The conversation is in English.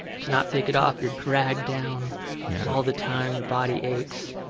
cannot take it off. you're dragged down all the time. your body aches.